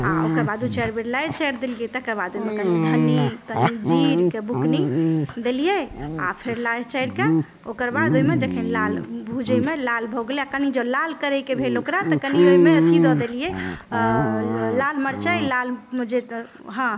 आओर ओकरबाद दू चारि बेर लारि चारि देलियै तकरबाद ओइमे कनि धनि कनि जीरके बुकनी देलियै आओर फेर लारि चारिके ओकरबाद ओइमे जखन लाल भुजयमे लाल भऽ गेलय कनि जँ लाल करयके भेल ओकरा तऽ कनि ओइमे अथी दऽ देलियै लाल मरचाइ लाल जे तऽ हँ